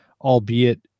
albeit